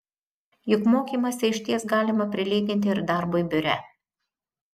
juk mokymąsi išties galima prilyginti ir darbui biure